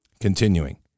Continuing